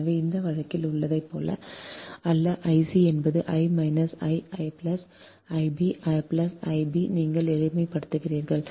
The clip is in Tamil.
எனவே இந்த வழக்கில் உள்ளதைப் போல அல்ல I c என்பது I minus I plus Ib plus I b நீங்கள் எளிமைப்படுத்துகிறீர்கள்